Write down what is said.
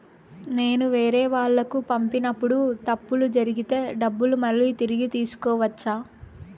నేను వేరేవాళ్లకు పంపినప్పుడు తప్పులు జరిగితే డబ్బులు మళ్ళీ తిరిగి తీసుకోవచ్చా?